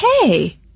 hey